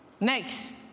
Next